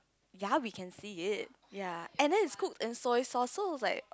ya we can see it ya and then it's cooked in soy sauce so looks like